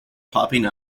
popping